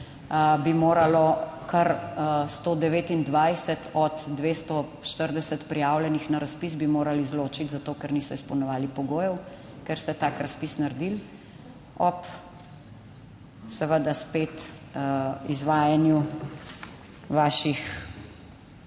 bi moralo kar 129 od 240 prijavljenih na razpis bi morali izločiti zato, ker niso izpolnjevali pogojev, ker ste tak razpis naredili ob seveda spet izvajanju vaših